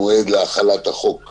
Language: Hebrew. גם לגבי מועד להחלת החוק,